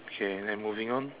K then moving on